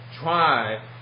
try